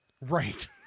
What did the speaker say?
Right